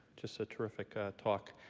just a terrific talk.